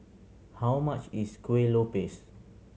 how much is Kueh Lopes